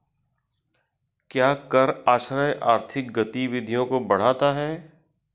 क्या कर आश्रय आर्थिक गतिविधियों को बढ़ाता है?